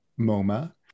MoMA